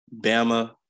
Bama